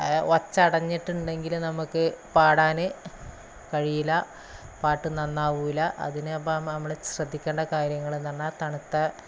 ഒച്ച അടഞ്ഞിട്ടുണ്ടെങ്കില് നമുക്ക് പാടാന് കഴിയില്ല പാട്ട് നന്നാവില്ല അതിനിപ്പോള് നമ്മള് ശ്രദ്ധിക്കേണ്ട കാര്യങ്ങളെന്നുപറഞ്ഞാല് തണുത്ത